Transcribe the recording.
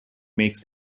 makes